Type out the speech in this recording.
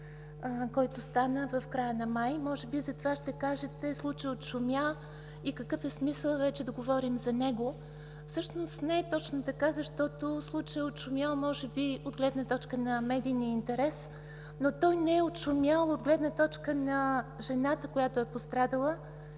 който стана в края на май. Може би затова ще кажете: случаят отшумя и какъв е смисълът вече да говорим за него? Всъщност не е точно така, защото случаят е отшумял може би от гледна точка на медийния интерес, но той не е отшумял от гледна точка на жената, която е пострадала,